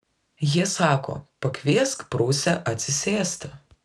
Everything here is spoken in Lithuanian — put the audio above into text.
jie sako pakviesk prūsę atsisėsti